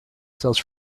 sells